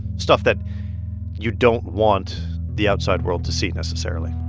stuff that you don't want the outside world to see necessarily